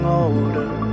older